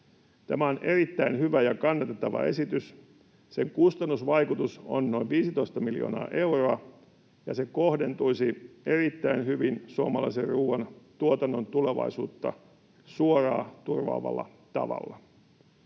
Tämä on erittäin hyvä ja kannatettava esitys. Sen kustannusvaikutus on noin 15 miljoonaa euroa, ja se kohdentuisi erittäin hyvin suomalaisen ruuantuotannon tulevaisuutta suoraan turvaavalla tavalla.